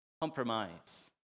compromise